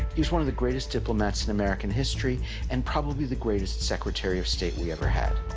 he was one of the greatest diplomats in american history and probably the greatest secretary of state we ever had.